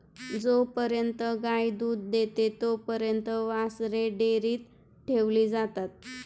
जोपर्यंत गाय दूध देते तोपर्यंत वासरे डेअरीत ठेवली जातात